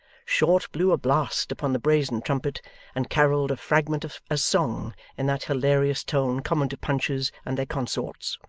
short blew a blast upon the brazen trumpet and carolled a fragment of a song in that hilarious tone common to punches and their consorts.